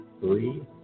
three